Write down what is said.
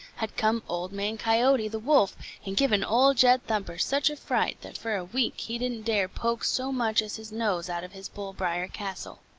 had come old man coyote the wolf and given old jed thumper such a fright that for a week he didn't dare poke so much as his nose out of his bull-briar castle.